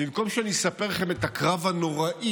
במקום שאני אספר לכם את הקרב הנוראי